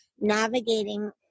navigating